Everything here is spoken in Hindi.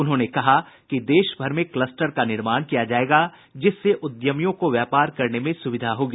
उन्होंने कहा कि देश भर में क्लस्टर का निर्माण किया जायेगा जिससे उद्यमियों को व्यापार करने में सूविधा होगी